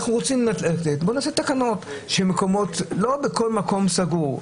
אנחנו רוצים, נעשה תקנות שלא בכל מקום שהוא סגור.